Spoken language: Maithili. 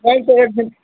उपनयन सँ एकदिन